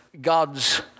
God's